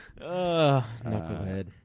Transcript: Knucklehead